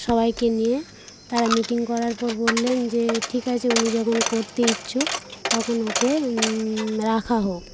সবাইকে নিয়ে তারা মিটিং করার পর বললেন যে ঠিক আছে উনি যখন করতে ইচ্ছুক তখন ওকে রাখা হোক